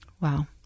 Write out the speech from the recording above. Wow